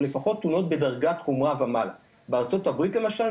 או לפחות תאונות בדרגת חומרה ומעלה בארה"ב למשל,